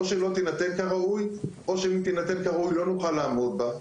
או שלא תינתן כראוי או שאם היא תינתן כראוי לא נוכל לעמוד בה.